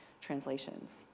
translations